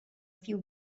few